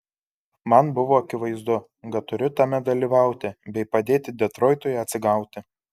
man buvo akivaizdu kad turiu tame dalyvauti bei padėti detroitui atsigauti